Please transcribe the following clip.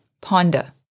ponder